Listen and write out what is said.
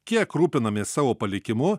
kiek rūpinamės savo palikimu